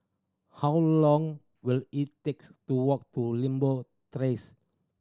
how long will it takes to walk to Limbok Terrace